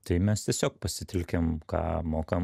tai mes tiesiog pasitelkėm ką mokam